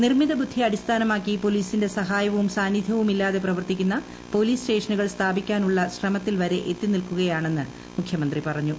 നിർമിതബുദ്ധി അടിസ്ഥാനമാക്കി പോലീസിന്റെ സഹായവും സാന്നിധ്യവുമില്ലാതെ പ്രവർത്തിക്കുന്ന പോലീസ് സ്റ്റേഷനുകൾ സ്ഥാപിക്കാനുള്ള ശ്രമത്തിൽവരെ എത്തിനിലക്കുകയാണെന്ന് മുഖ്യമന്ത്രി പറഞ്ഞു